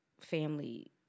family